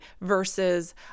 versus